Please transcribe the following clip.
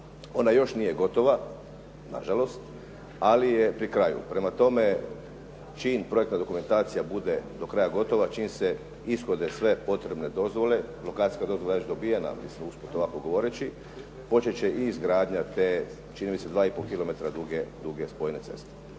Ona još nije gotova, na žalost, ali je pri kraju. Prema tome, čim projektna dokumentacija bude do kraja gotova, čim se ishode sve potrebne dozvole. Lokacijska dozvola je već dobivena mislim usput ovako govoreći. Počet će i izgradnja te čini mi se 2 i pol kilometara duge spojne ceste.